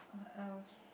what else